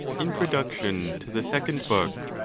introduction to the second book.